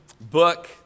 book